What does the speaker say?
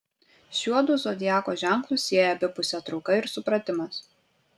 šiuodu zodiako ženklus sieja abipusė trauka ir supratimas